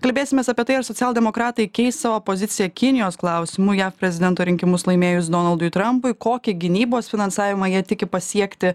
kalbėsimės apie tai ar socialdemokratai keis savo poziciją kinijos klausimu jav prezidento rinkimus laimėjus donaldui trampui kokį gynybos finansavimą jie tiki pasiekti